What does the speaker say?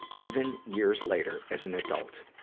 even years later, as an adult.